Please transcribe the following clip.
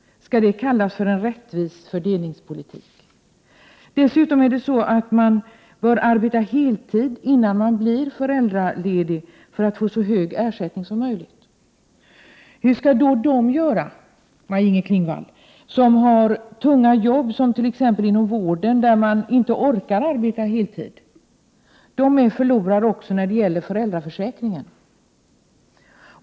Skall det kallas för rättvis fördelningspolitik? Dessutom bör man arbeta heltid innan man blir föräldraledig för att få så hög ersättning som möjligt. Hur skall de göra, Maj-Inger Klingvall, som har så tungt arbete, t.ex. inom vården, att man inte orkar arbeta heltid? De är förlorare också när det gäller föräldraförsäkringen.